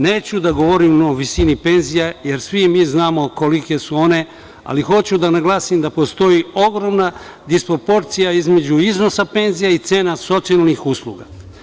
Neću da govorim o visini penzija, jer svi mi znamo kolike su one, ali hoću da naglasim da postoji ogromna disproporcija između iznosa penzija i cena socijalnih usluga.